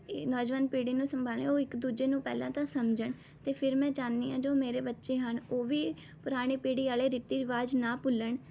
ਨੌਜਵਾਨ ਪੀੜ੍ਹੀ ਨੂੰ ਸੰਭਾਲੇ ਉਹ ਇੱਕ ਦੂਜੇ ਨੂੰ ਪਹਿਲਾਂ ਤਾਂ ਸਮਝਣ ਅਤੇ ਫਿਰ ਮੈਂ ਚਾਹੁੰਦੀ ਹਾਂ ਜੋ ਮੇਰੇ ਬੱਚੇ ਹਨ ਉਹ ਵੀ ਪੁਰਾਣੇ ਪੀੜ੍ਹੀ ਵਾਲੇ ਰੀਤੀ ਰਿਵਾਜ਼ ਨਾ ਭੁੱਲਣ